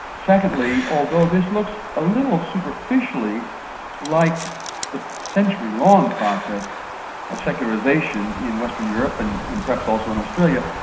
secondly, although this looks a little superficially like the century-long process of secularisation in western europe and and perhaps also in australia,